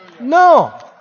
No